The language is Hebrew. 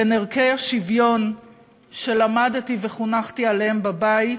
בין ערכי השוויון שלמדתי וחונכתי עליהם בבית